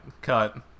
Cut